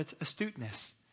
astuteness